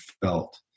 felt